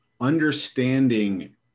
understanding